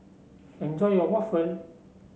enjoy your waffle